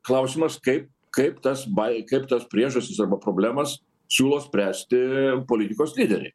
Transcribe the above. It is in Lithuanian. klausimas kaip kaip tas bai kaip tas priežastis arba problemas siūlo spręsti politikos lyderiai